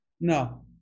No